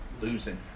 losing